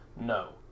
no